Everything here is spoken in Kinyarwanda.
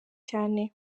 cyane